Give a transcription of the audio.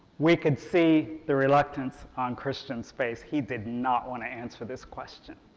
we could see the reluctance on christian's face, he did not want to answer this question.